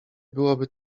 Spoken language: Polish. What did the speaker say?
byłoby